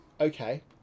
Okay